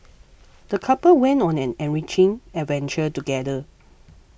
the couple went on an enriching adventure together